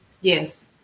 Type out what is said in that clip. yes